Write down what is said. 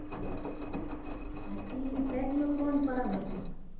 जे ई चैतमे कोन पर्ब होतै